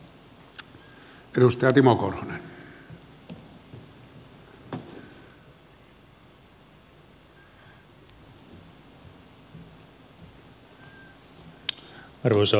arvoisa puhemies